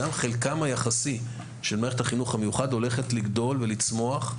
גם חלקה היחסי של מערכת החינוך המיוחד הולכת לגדול ולצמוח.